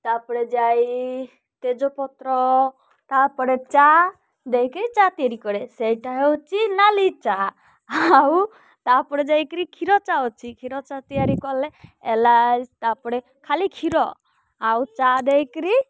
ତା'ପରେ ଯାଇ ତେଜପତ୍ର ତା'ପରେ ଚା ଦେଇକିରି ଚା ତିଆରି କରେ ସେଇଟା ହେଉଛି ନାଲି ଚା ଆଉ ତା'ପରେ ଯାଇକିରି କ୍ଷୀର ଚା ଅଛି କ୍ଷୀର ଚା ତିଆରି କଲେ ହେଲା ତା'ପରେ ଖାଲି କ୍ଷୀର ଆଉ ଚା ଦେଇକିରି